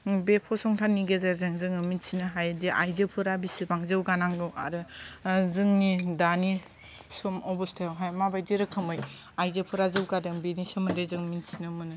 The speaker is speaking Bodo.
बे फसंथाननि गेजेरजों जोङो मिन्थिनो हायोदि आइजोफोरा बेसेबां जौगानांगौ आरो जोंनि दानि सम अबस्थायावहाय माबायदि रोखोमै आइजोफोरा जौगादों बेनि सोमोन्दै जों मिन्थिनो मोनो